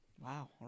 Wow